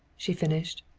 she finished.